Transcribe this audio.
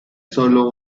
solo